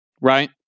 right